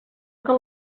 que